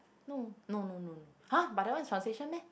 no no no no no !huh! but that one is translation meh